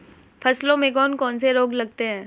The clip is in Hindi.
फसलों में कौन कौन से रोग लगते हैं?